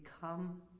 come